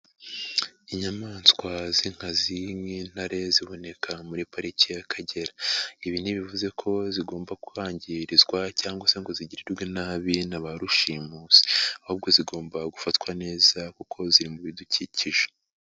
Inyamaswa z'inkazi' nk'intare ziboneka muri pariki y'Akagera, ibi ntibivuze ko zigomba kubangirizwa cyangwa se ngo zigirirwe nabi na ba rushimusi ahubwo zigomba gufatwa neza kuko ziri mu bidukikije.